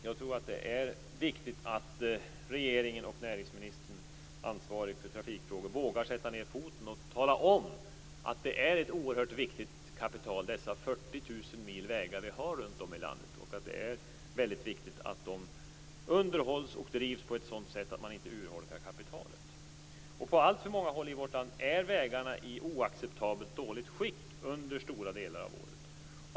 Jag tror att det är viktigt att regeringen och näringsministern, som är ansvarig för trafikfrågor, vågar sätta ned foten och tala om att det är ett oerhört viktigt kapital, dessa 40 000 mil vägar vi har runt om i landet och att det är väldigt viktigt att de underhålls och drivs på ett sådant sätt att man inte urholkar kapitalet. På alltför många håll i vårt land är vägarna i oacceptabelt dåligt skick under stora delar av året.